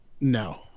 No